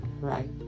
right